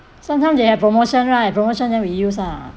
sometime they have promotion right promotion then we use ah